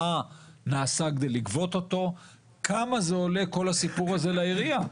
מה נעשה כדי לגבות אותו וכמה כל הסיפור הזה עולה לעירייה.